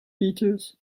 features